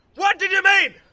what did you mean?